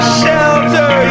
shelter